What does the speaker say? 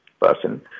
person